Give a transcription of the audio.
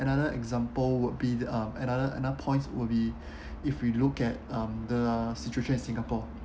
another example would be uh another another points will be if we look at um the situation in singapore